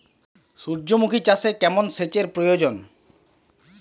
সূর্যমুখি চাষে কেমন সেচের প্রয়োজন?